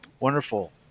Wonderful